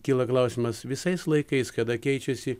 kyla klausimas visais laikais kada keičiasi